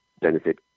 benefit